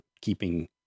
keeping